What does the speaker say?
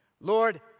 Lord